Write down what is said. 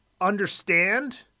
understand